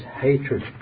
hatred